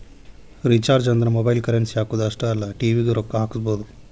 recharges ಅಂದ್ರ ಮೊಬೈಲ್ಗಿ currency ಹಾಕುದ್ ಅಷ್ಟೇ ಅಲ್ಲ ಟಿ.ವಿ ಗೂ ರೊಕ್ಕಾ ಹಾಕಸಬೋದು